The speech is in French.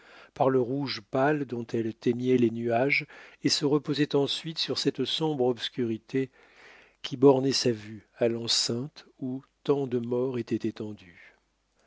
par le rouge pâle dont elle teignait les nuages et se reposait ensuite sur cette sombre obscurité qui bornait sa vue à l'enceinte où tant de morts étaient étendus